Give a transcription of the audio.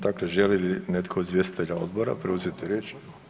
Dakle, želi li netko od izvjestitelja odbora preuzeti riječ?